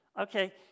Okay